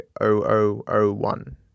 0001